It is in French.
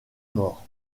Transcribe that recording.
mort